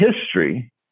history